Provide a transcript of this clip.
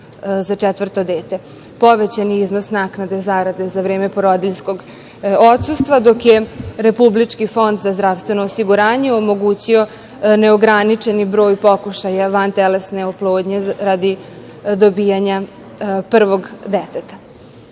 za četvrto dete. Povećan je iznos naknade zarade za vreme porodiljskog odsustva, dok je Republički fond za zdravstveno osiguranje omogućio neograničeni broj pokušaja vantelesne oplodnje radi dobijanja prvog deteta. Sve